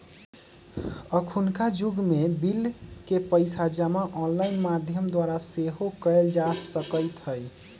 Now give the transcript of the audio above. अखुन्का जुग में बिल के पइसा जमा ऑनलाइन माध्यम द्वारा सेहो कयल जा सकइत हइ